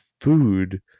food